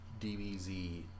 DBZ